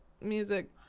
music